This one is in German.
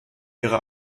ihre